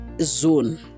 zone